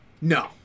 No